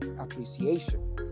appreciation